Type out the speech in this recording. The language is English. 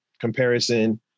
comparison